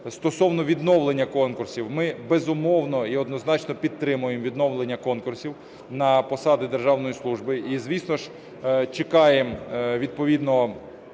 стосовно відновлення конкурсів. Ми, безумовно, і однозначно підтримуємо відновлення конкурсів на посади державної служби і, звісно ж, чекаємо відповідно